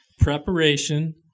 preparation